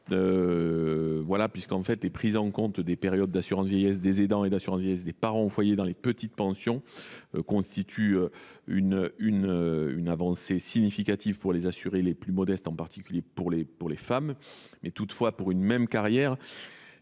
moins fameux Miga. La prise en compte des périodes d’assurance vieillesse des aidants et d’assurance vieillesse des parents aux foyers dans les petites pensions constitue une avancée significative pour les assurés les plus modestes, en particulier pour les femmes. Toutefois, pour une même carrière,